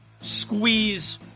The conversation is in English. squeeze